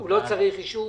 הוא לא צריך אישור?